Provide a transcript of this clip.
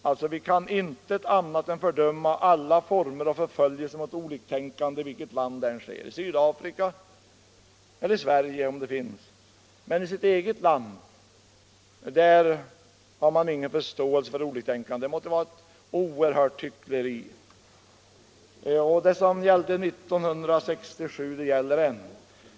Alltså: ”Vi kan inte annat än fördöma alla former av förföljelse mot oliktänkande i vilket land det än sker” — i Sydafrika, eller i Sverige, om det skulle finnas här — men i sitt eget land har man ingen förståelse för oliktänkande! Det måste vara ett oerhört hyckleri. Och det som gällde år 1967 gäller än.